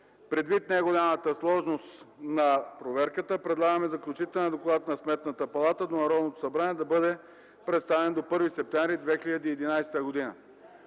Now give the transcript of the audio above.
Предвид неголямата сложност на проверката предлагаме заключителният доклад на Сметната палата до Народното събрание да бъде представен до 1 септември 2011 г.